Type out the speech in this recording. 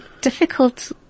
difficult